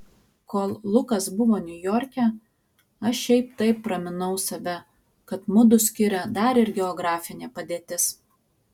kol lukas buvo niujorke aš šiaip taip raminau save kad mudu skiria dar ir geografinė padėtis